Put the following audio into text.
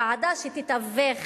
ועדה שתתווך